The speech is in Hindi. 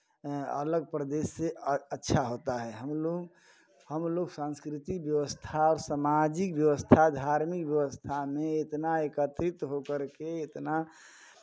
अलग प्रदेश से अच्छा होता है हम लोग हम लोग सांस्कृति व्यवस्था और समाजिक व्यवस्था धार्मिक व्यवस्था में इतना एकत्रित हो कर के इतना